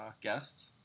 guests